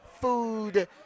Food